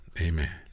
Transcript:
Amen